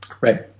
Right